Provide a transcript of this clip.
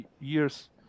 years